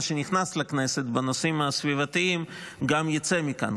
שנכנס לכנסת בנושאים הסביבתיים גם יצא מכאן.